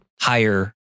higher